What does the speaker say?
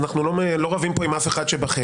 אז אנחנו לא רבים פה עם אף אחד שבחדר.